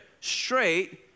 straight